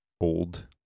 old